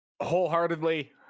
Wholeheartedly